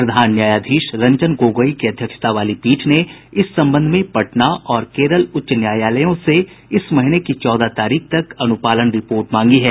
प्रधान न्यायाधीश रंजन गोगोई की अध्यक्षता वाली पीठ ने इस संबंध में पटना और केरल उच्च न्यायालयों से इस महीने की चौदह तारीख तक अनुपालन रिपोर्ट मांगी है